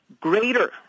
greater